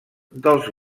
dels